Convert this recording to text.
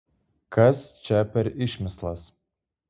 kas čia per išmislas